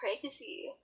crazy